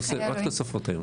רק תוספות.